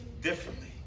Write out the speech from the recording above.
differently